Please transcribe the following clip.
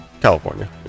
California